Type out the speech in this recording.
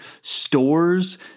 stores